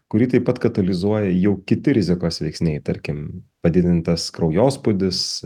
kurį taip pat katalizuoja jau kiti rizikos veiksniai tarkim padidintas kraujospūdis